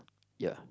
ya